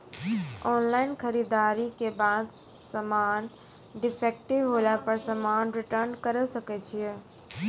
Online खरीददारी के बाद समान डिफेक्टिव होला पर समान रिटर्न्स करे सकय छियै?